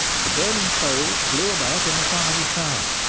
and the burn ing coals flew about in a fiery shower.